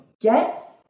get